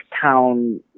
town